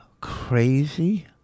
crazy